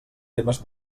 temes